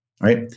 right